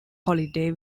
holiday